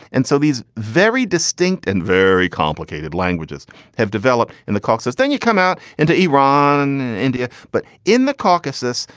and so these very distinct and very complicated languages have developed in the caucasus. then you come out into iran, india. but in the caucasus,